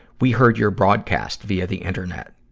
we heard your broadcast via the internet.